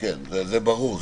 זה ברור,